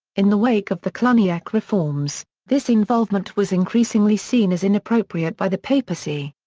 in the wake of the cluniac reforms, this involvement was increasingly seen as inappropriate by the papacy.